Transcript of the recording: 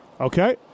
Okay